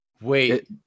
Wait